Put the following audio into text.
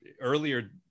earlier